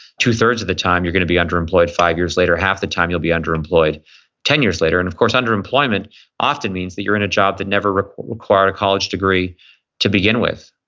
two thirds of the time you're going to be underemployed five years later, half the time you'll be underemployed ten years later and of course, underemployment often means that you're in a job that never required a college degree to begin with.